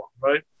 right